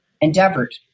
endeavored